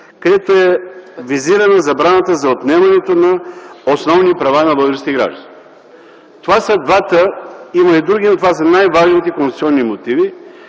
където е визирана забраната за отнемането на основни права на българските граждани. Има и други, но това са най-важните конституционни мотиви,